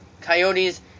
Coyotes